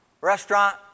restaurant